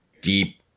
deep